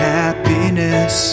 happiness